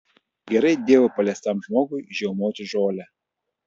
negerai dievo paliestam žmogui žiaumoti žolę